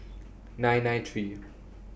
nine nine three